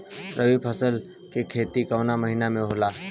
रवि फसल के खेती कवना महीना में होला?